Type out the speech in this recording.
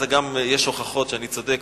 אז גם יש הוכחות שאני צודק,